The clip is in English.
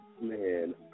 Man